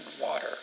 water